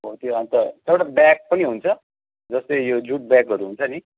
हो त्यो अन्त एउटा ब्याग पनि हुन्छ जस्तै यो जुट ब्यागहरू हुन्छ नि